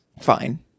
fine